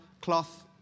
cloth